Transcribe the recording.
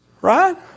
Right